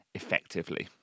effectively